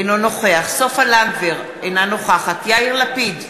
אינו נוכח סופה לנדבר, אינה נוכחת יאיר לפיד,